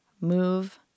move